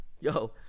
yo